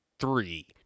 Three